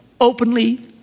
openly